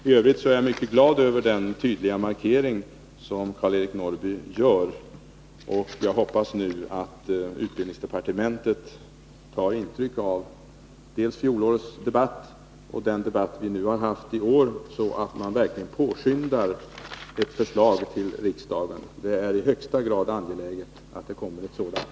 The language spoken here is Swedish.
I övrigt är jag mycket glad över den tydliga markering som Karl-Eric Norrby gör, och jag hoppas att utbildningsdepartementet tar intryck av både fjolårets debatt och den debatt vi nu har haft, så att man verkligen påskyndar ett förslag till riksdagen. Det är i högsta grad angeläget att det kommer ett sådant.